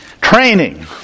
Training